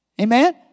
Amen